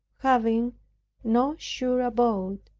having no sure abode,